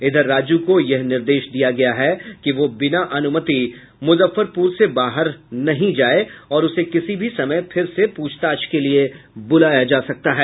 इधर राजू को यह निर्देश दिया गया है कि वो बिना अनुमति मुजफ्फरपुर से बाहर नहीं जाए और उसे किसी भी समय फिर से पूछताछ के लिए बुलाया जा सकता है